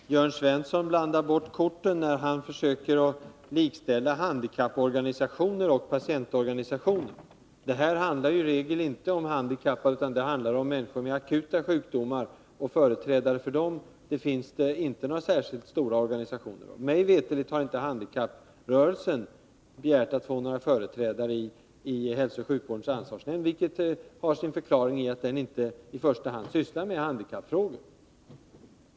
Herr talman! Jörn Svensson blandar bort korten när han försöker likställa handikapporganisationer och patientorganisationer. De här fallen handlar i regel inte om handikappade utan om människor med akuta sjukdomar, och det finns inte några särskilt stora organisationer som företräder dem. Mig veterligen har inte handikapprörelsen begärt att få utse företrädare i hälsooch sjukvårdens ansvarsnämnd, vilket har sin förklaring i att den inte i första hand sysslar med handikappfrågor.